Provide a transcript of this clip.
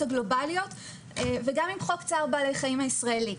הגלובליות וגם עם חוק צער בעלי חיים הישראלי.